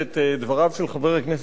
דבריו של חבר הכנסת אייכלר,